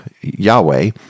Yahweh